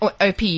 OP